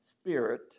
spirit